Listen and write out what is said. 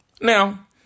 Now